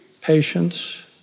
patience